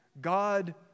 God